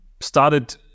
started